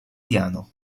piano